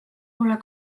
pole